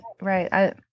Right